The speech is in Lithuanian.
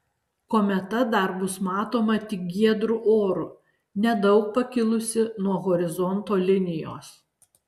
kometa dar bus matoma tik giedru oru nedaug pakilusi nuo horizonto linijos